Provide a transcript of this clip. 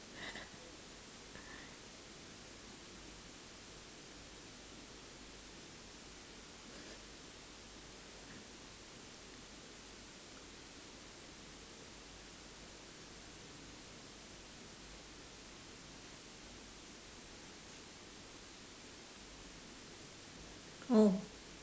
oh